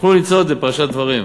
ותוכלו למצוא את זה בפרשת דברים,